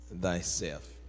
thyself